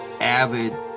avid